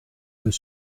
peut